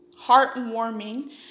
heartwarming